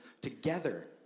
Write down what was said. together